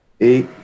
eight